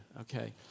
okay